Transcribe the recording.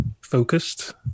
focused